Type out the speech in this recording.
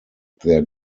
their